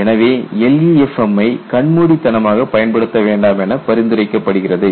எனவே LEFM ஐ கண்மூடித்தனமாகப் பயன்படுத்த வேண்டாம் என பரிந்துரைக்கப்படுகிறது